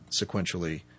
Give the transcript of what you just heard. sequentially